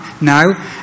now